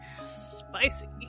Spicy